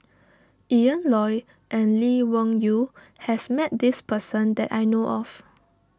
Ian Loy and Lee Wung Yew has met this person that I know of